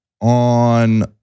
on